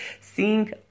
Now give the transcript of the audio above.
seeing